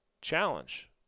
challenge